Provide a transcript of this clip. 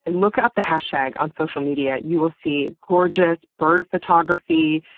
and look up the hashtag on social media. you will see gorgeous bird photography,